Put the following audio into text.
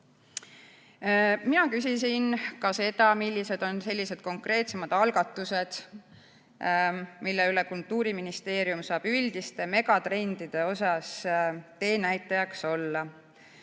Mina küsisin ka seda, millised on konkreetsemad algatused, mille puhul Kultuuriministeerium saab üldiste megatrendidega teenäitajaks olla.